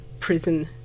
Prison